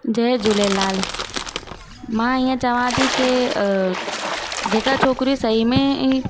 जय झूलेलाल मां ईअं चवां थी की जेका छोकिरी सही में ई